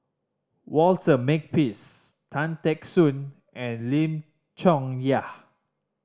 Walter Makepeace Tan Teck Soon and Lim Chong Yah